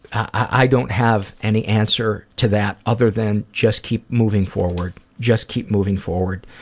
i don't have any answer to that other than just keep moving forward. just keep moving forward.